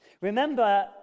Remember